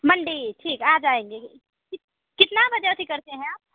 Monday ठीक आ जाएँगे कितने बजे से करते हैं आप